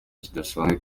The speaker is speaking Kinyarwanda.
bidasanzwe